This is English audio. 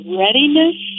readiness